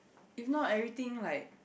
if not everything like